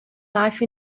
life